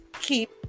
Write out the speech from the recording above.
keep